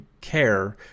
care